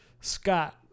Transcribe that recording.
Scott